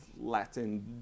Latin